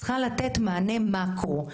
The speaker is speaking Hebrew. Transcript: צריכה לתת מענה מקרו,